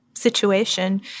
situation